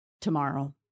tomorrow